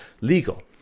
legal